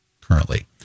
currently